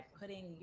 putting